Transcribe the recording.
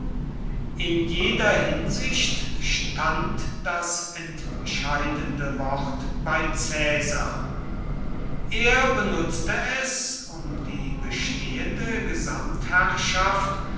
in jeder hinsicht stand das entscheidende wort bei caesar er benutzte es um die bestehende